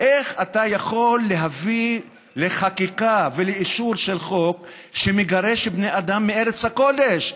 איך אתה יכול להביא לחקיקה ולאישור של חוק שמגרש בני אדם מארץ הקודש?